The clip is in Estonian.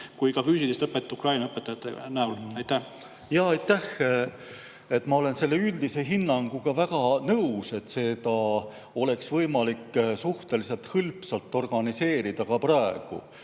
kui ka füüsilist õpet Ukraina õpetajate abil. Aitäh! Ma olen selle üldise hinnanguga väga nõus, et seda oleks võimalik suhteliselt hõlpsalt organiseerida ka praegu.